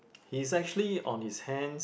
he's actually on his hand